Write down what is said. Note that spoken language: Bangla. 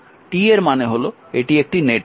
T এর মানে হল এটি একটি নেটওয়ার্ক